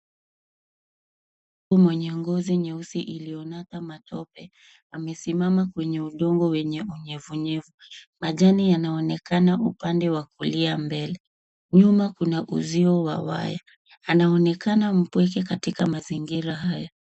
Mtu mwenye ngozi nyeusi iliyonadha matope amesimama kwenye udongo wenye unyevunyevu majani yanaonekana upande wa kulia mbele nyuma kuna uzio wa waya anaoenakana mpweke katika mazingira haya